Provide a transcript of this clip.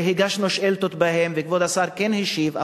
והגשנו שאילתות בהם, וכבוד השר כן השיב.